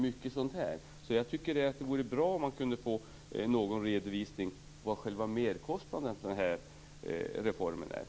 Det vore bra om man kunde få en redovisning av vad själva merkostnaden för reformen blir.